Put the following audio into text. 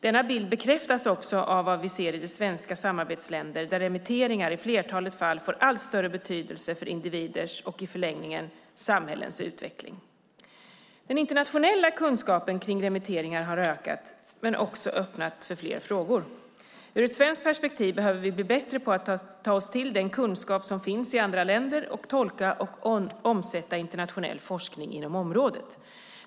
Denna bild bekräftas också av vad vi ser i svenska samarbetsländer, där remitteringar i flertalet fall får allt större betydelse för individers och i förlängningen samhällens utveckling. Den internationella kunskapen kring remitteringar har ökat, men också öppnat för fler frågor. Ur ett svenskt perspektiv behöver vi bli bättre på att ta till oss den kunskap som finns i andra länder och tolka och omsätta internationell forskning inom området.